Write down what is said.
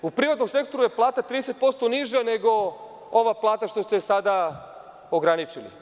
U privatnom sektoru je plata 30% niža nego ova plata što ste sada ograničili.